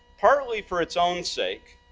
partly for its own sake,